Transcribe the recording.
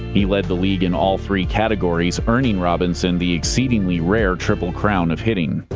he led the league in all three categories, earning robinson the exceedingly rare triple crown of hitting.